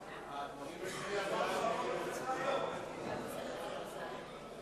ההצעה להסיר מסדר-היום את הצעת חוק עבודת נשים (תיקון,